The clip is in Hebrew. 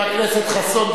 חבר הכנסת חסון,